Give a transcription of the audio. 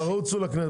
תרוצו לכנסת.